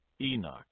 Enoch